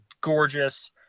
gorgeous